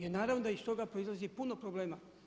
I naravno da iz toga proizlazi puno problema.